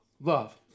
love